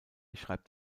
schreibt